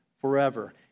forever